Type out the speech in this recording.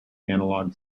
analog